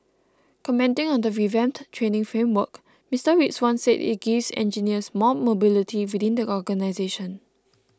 commenting on the revamped training framework Mister Rizwan said it gives engineers more mobility within the organisation